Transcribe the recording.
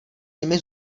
nimi